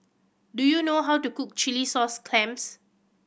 do you know how to cook chilli sauce clams